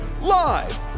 Live